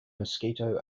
mosquito